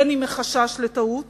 אם מחשש לטעות